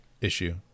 issue